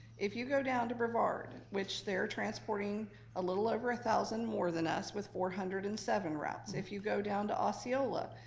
if you go down to brevard, which they're transporting a little over a thousand more than us with four hundred and seven routes. if you go down to osceola,